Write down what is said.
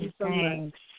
Thanks